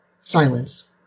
Silence